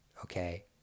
okay